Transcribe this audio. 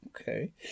okay